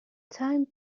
time